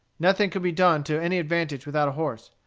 nothing could be done to any advantage without a horse.